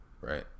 right